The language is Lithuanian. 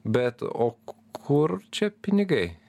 bet o k kur čia pinigai